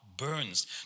burns